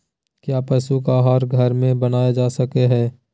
क्या पशु का आहार घर में बनाया जा सकय हैय?